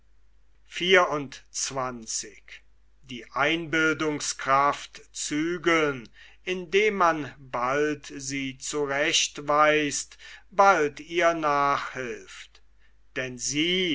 indem man bald sie zurechtweist bald ihr nachhilft denn sie